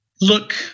look